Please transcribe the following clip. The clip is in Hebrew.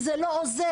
כי זה לא עוזר,